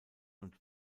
und